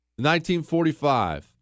1945